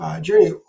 journey